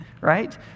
right